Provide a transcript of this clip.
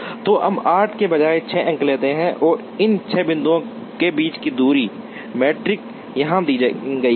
तो हम 8 के बजाय 6 अंक लेते हैं और इन छह बिंदुओं के बीच की दूरी मैट्रिक्स यहाँ दी गई है